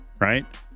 right